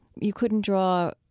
you couldn't draw